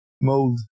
mold